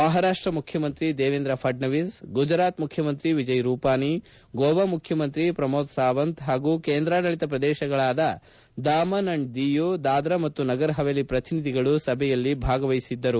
ಮಹಾರಾಷ್ಷ ಮುಖ್ಯಮಂತ್ರಿ ದೇವೇಂದ್ರ ಫಡ್ನವೀಸ್ ಗುಜರಾತ್ ಮುಖ್ಯಮಂತ್ರಿ ವಿಜಯ್ ರೂಪಾನಿ ಗೋವಾ ಮುಖ್ಯಮಂತ್ರಿ ಪ್ರಮೋದ್ ಸಾವಂತ್ ಪಾಗೂ ಕೇಂದ್ರಾಡಳತ ಪ್ರದೇಶಗಳಾದ ದಾಮನ್ ಅಂಡ್ ದಿಯು ದಾಧಾ ಮತ್ತು ನಗರ್ ಪವೇಲಿ ಪ್ರತಿನಿಧಿಗಳು ಸಭೆಯಲ್ಲಿ ಉಪಸ್ಥಿತರಿದ್ದರು